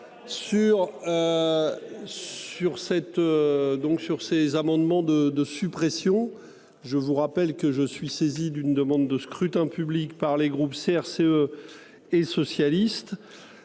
sur ces amendements de. De suppression. Je vous rappelle que je suis saisi d'une demande de scrutin public par les groupes CRCE. Et socialiste